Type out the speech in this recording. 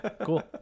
cool